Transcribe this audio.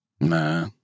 nah